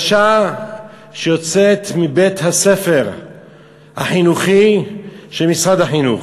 החדשה שיוצאת מבית-הספר החינוכי של משרד החינוך?